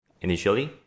initially